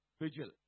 vigil